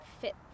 fit